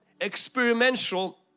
experimental